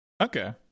okay